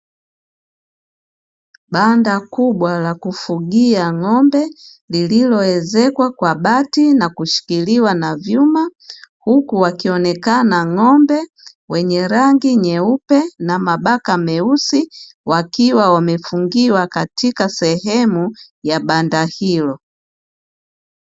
Banda kubwa la kufugia ng’ombe lililoezekwa kwa bati na kushikiliwa na vyuma, huku wakionekana ng’ombe wenye rangi nyeupe na mabaka meusi wakiwa wamefungiwa katika sehemu ya banda hilo.